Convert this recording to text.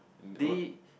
they